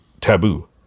taboo